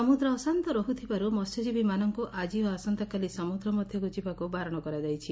ସମୁଦ୍ର ଅଶାନ୍ତ ରହୁଥିବାରୁ ମହ୍ୟଜୀବୀମାନଙ୍ଙୁ ଆକି ଓ ଆସନ୍ତାକାଲି ସମୁଦ୍ର ମଧ୍ଧକୁ ଯିବାକୁ ବାରଣ କରାଯାଇଛି